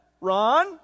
Ron